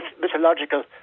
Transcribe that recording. mythological